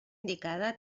indicada